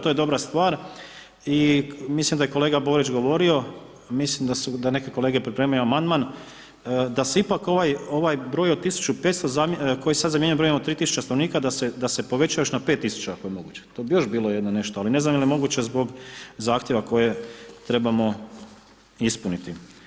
To je dobra stvar i mislim da je kolega Borić govorio, mislim da neke kolege pripremaju amandman, da se pak broj od 1500 koji sad zamjenjujemo brojevima od 3000 stanovnika, da se poveća još na 5000 ako je moguće, to bi još bilo nešto ali ne znam jel je moguće zbog zahtjeva koje trebamo ispuniti.